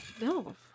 No